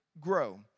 grow